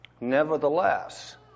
Nevertheless